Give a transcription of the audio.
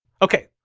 okay,